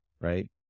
Right